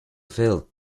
felt